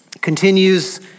Continues